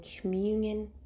communion